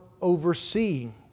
overseeing